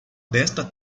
desta